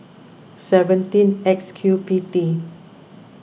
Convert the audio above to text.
seventeen X Q P T